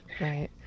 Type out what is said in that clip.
right